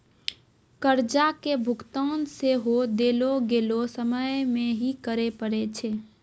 कर्जा के भुगतान सेहो देलो गेलो समय मे ही करे पड़ै छै